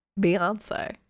beyonce